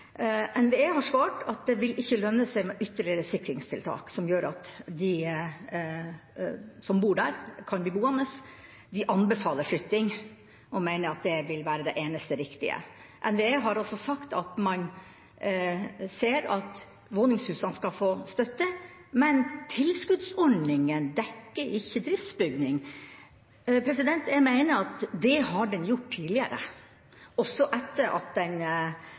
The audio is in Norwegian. NVE har svart at det ikke vil lønne seg med ytterligere sikringstiltak som gjør at de som bor der, kan bli boende. De anbefaler flytting og mener at det vil være det eneste riktige. NVE har også sagt at man ser at våningshusene skal få støtte, men tilskuddsordningene dekker ikke driftsbygninger. Jeg mener at de har gjort det tidligere, også etter at